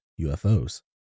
UFOs